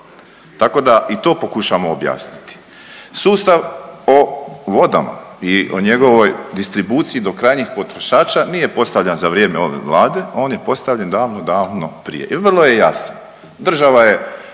tako da i to pokušavamo objasniti. Sustav o vodama i o njegovoj distribuciji do krajnjih potrošača nije postavljan za vrijeme ove Vlade, on je postavljen davno, davno prije i vrlo je jasan, država je